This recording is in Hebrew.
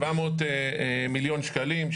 700 מיליון שקלים,